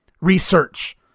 research